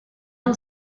nil